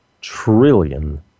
trillion